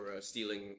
stealing